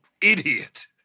idiot